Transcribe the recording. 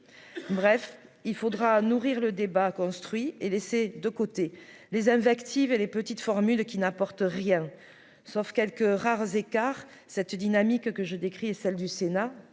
bref il faudra nourrir le débat construit et laisser de côté les invectives et les petites formules qui n'apporte rien, sauf quelques rares écarts cette dynamique que je décris et celle du Sénat,